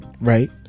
right